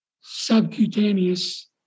subcutaneous